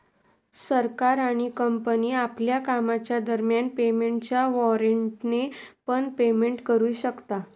सरकार आणि कंपनी आपल्या कामाच्या दरम्यान पेमेंटच्या वॉरेंटने पण पेमेंट करू शकता